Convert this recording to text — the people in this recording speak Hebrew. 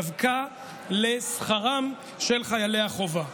דווקא לשכרם של חיילי החובה.